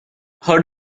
har